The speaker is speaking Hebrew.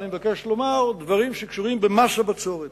ואני מבקש לומר דברים שקשורים במס הבצורת.